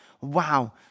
wow